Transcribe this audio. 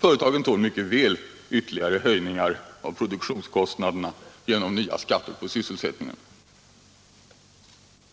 De tål mycket väl ytterligare höjningar av produktionskostnaderna genom höjda arbetsgivaravgifter.